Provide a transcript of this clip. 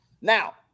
Now